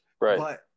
right